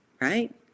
right